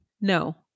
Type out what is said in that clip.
no